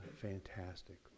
fantastic